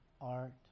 art